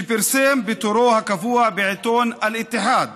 שפרסם בטורו הקבוע בעיתון אל-איתיחאד